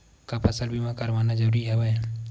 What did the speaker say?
का फसल बीमा करवाना ज़रूरी हवय?